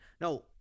No